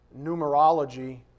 numerology